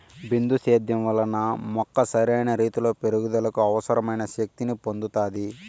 బిందు సేద్యం వలన మొక్క సరైన రీతీలో పెరుగుదలకు అవసరమైన శక్తి ని పొందుతాది